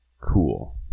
Cool